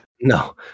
No